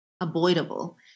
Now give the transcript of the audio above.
avoidable